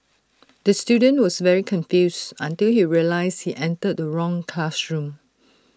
the student was very confused until he realised he entered the wrong classroom